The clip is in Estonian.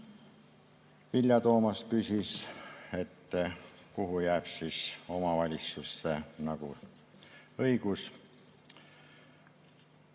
Vilja Toomast küsis, kuhu jääb omavalitsuste õigus.